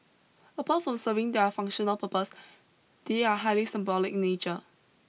apart from serving their functional purpose they are highly symbolic in nature